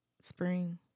spring